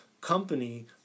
Company